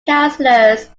councillors